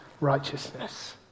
righteousness